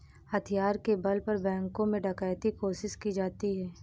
हथियार के बल पर बैंकों में डकैती कोशिश की जाती है